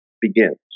begins